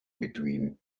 between